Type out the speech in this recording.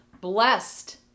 Blessed